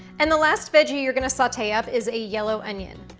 and the last veggie you're gonna saute up is a yellow onion.